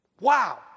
Wow